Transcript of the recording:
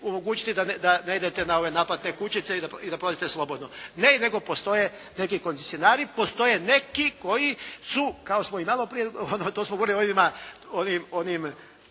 da ne idete na ove naplatne kućice i da prolazite slobodno. Ne, nego postoje neki koncesionari, postoje neki koji su kao što malo prije, to smo govorili o onima